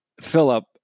Philip